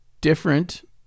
different